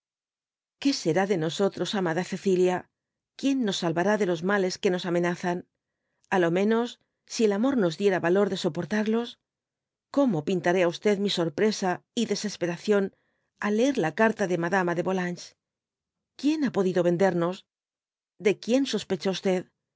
yvk será de nosotros amada cecilia quien nos salvará de los males que nos amiazan a lo menos si el amor nos diera valor de soportarlos como pintaré á mi sorpresa y desesperación al leer la carta de madama de volanges quien ha podido vendemos de quien sospecha